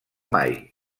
mai